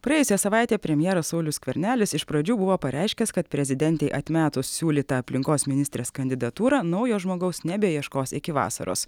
praėjusią savaitę premjeras saulius skvernelis iš pradžių buvo pareiškęs kad prezidentei atmetus siūlytą aplinkos ministrės kandidatūrą naujo žmogaus nebeieškos iki vasaros